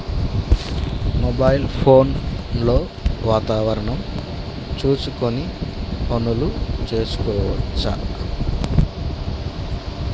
Mobile phone లో వాతావరణం చూసుకొని పనులు చేసుకోవచ్చా?